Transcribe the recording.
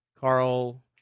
Carl